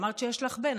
אמרת שיש לך בן.